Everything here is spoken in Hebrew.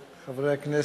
חברי הכנסת,